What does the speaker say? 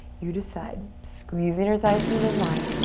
you decide. squeeze the inner thighs to the midline.